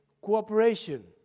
cooperation